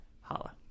Holla